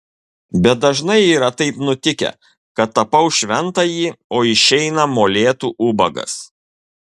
bet dažnai yra taip nutikę kad tapau šventąjį o išeina molėtų ubagas